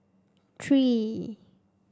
three